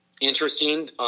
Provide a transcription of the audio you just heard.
interesting